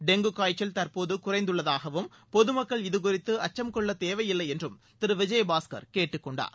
dengue காய்ச்சல் தற்போது குறைந்துள்ளதாகவும் பொதுமக்கள் இதுகுறித்து அச்சம் கொள்ளத் தேவையில்லை என்றும் திரு விஜயபாஸ்கர் கேட்டுக் கொண்டார்